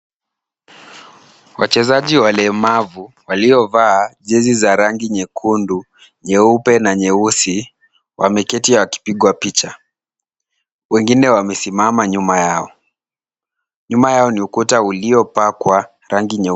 Wachezaji walemavu waliovaa jezi za rangi nyekundu, nyeupe na nyeusi, wameketi wakipigwa picha. Wengine wamesimama nyuma yao. Nyuma yao ni ukuta uliopakwa rangi nyeupe.